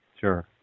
Sure